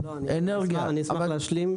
אשמח להשלים.